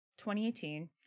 2018